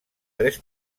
tres